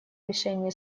решения